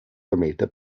vermählte